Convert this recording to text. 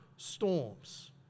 storms